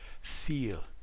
feel